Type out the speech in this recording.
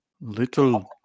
little